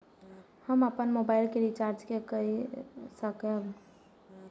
हम अपन मोबाइल के रिचार्ज के कई सकाब?